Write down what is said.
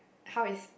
how is